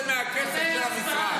זה מהכסף של המשרד.